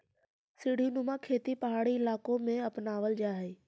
सीढ़ीनुमा खेती पहाड़ी इलाकों में अपनावल जा हई